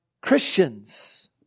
Christians